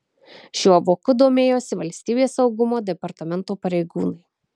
šiuo voku domėjosi valstybės saugumo departamento pareigūnai